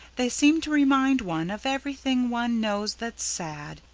they seem to remind one of everything one knows that's sad,